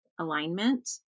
alignment